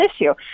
issue